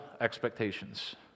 expectations